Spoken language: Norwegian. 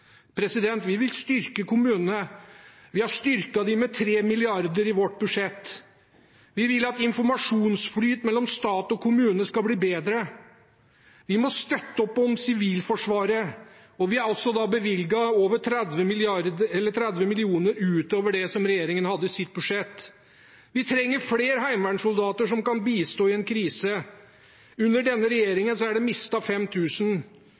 Vi vil styrke kommunene. Vi har styrket dem med 3 mrd. kr i vårt budsjett. Vi vil at informasjonsflyt mellom stat og kommune skal bli bedre. Vi må støtte opp om Sivilforsvaret, og vi har også bevilget over 30 mill. kr utover det regjeringen hadde i sitt budsjett. Vi trenger flere heimevernssoldater som kan bistå i en krise. Under denne